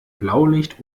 blaulicht